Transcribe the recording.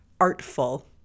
artful